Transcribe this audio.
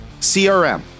CRM